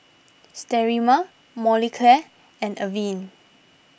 Sterimar Molicare and Avene